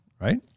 Right